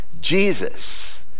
Jesus